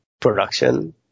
production